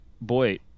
boy